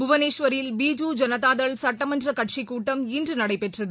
புவனேஸ்வரில்பிஜு ஜனதாதள் சட்டமன்றகட்சிக்கூட்டம் இன்றுநடைபெற்றது